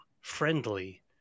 friendly